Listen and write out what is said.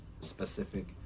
specific